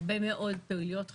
הרבה מאוד פעילויות חינוך,